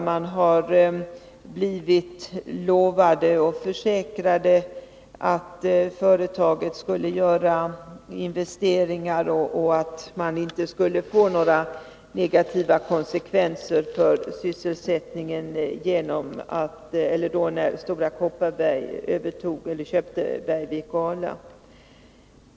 De har blivit lovade och försäkrade att företaget skulle göra investeringar och att det inte skulle bli några negativa konsekvenser för sysselsättningen när Stora Kopparberg köpte Bergvik och Ala.